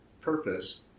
purpose